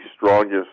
strongest